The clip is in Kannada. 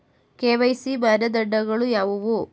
ಕೆ.ವೈ.ಸಿ ಮಾನದಂಡಗಳು ಯಾವುವು?